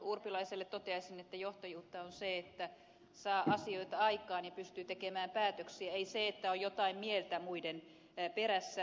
urpilaiselle toteaisin että johtajuutta on se että saa asioita aikaan ja pystyy tekemään päätöksiä ei se että on jotain mieltä muiden perässä